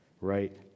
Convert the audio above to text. right